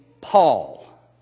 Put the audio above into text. Paul